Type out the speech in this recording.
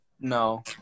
no